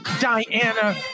diana